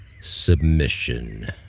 Submission